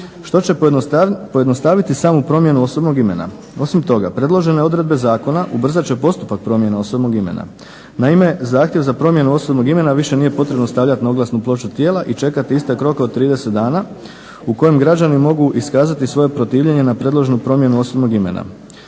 što će pojednostaviti samu promjenu osobnog imena. Osim toga, predložene odredbe zakona ubrzat će postupak promjene osobnog imena. Naime, zahtjev za promjenu osobnog imena više nije potrebno stavljati na oglasnu ploču tijela i čekati istek roka od 30 dana u kojem građani mogu iskazati svoje protivljenje na predloženu promjenu osobnog imena.